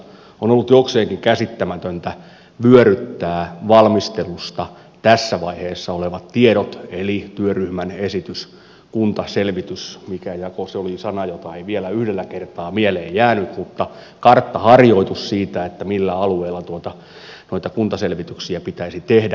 on ollut jokseenkin käsittämätöntä vyöryttää valmistelusta tässä vaiheessa olevat tiedot eli työryhmän esitys kuntaselvitys mikä sana se oli joka ei vielä yhdellä kertaa mieleen jäänyt karttaharjoitus siitä millä alueella noita kuntaselvityksiä pitäisi tehdä